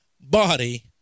body